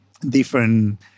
different